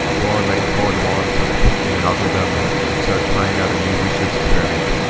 while i'm writing code, or while i'm sort of tweaking an algorithm, or start trying out a new research experiment,